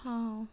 हा आं